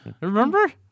Remember